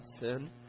sin